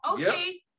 Okay